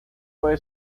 puede